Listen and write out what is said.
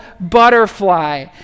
butterfly